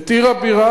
את עיר הבירה?